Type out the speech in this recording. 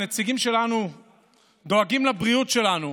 הנציגים שלנו דואגים לבריאות שלנו,